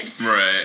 right